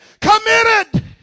committed